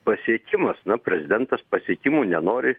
pasiekimas na prezidentas pasiekimų nenori